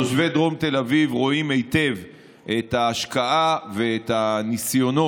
תושבי דרום תל אביב רואים היטב את ההשקעה ואת הניסיונות